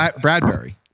Bradbury